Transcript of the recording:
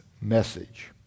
message